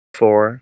four